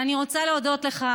ואני רוצה להודות לך,